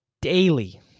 Daily